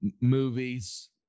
movies